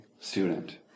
student